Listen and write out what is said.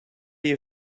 you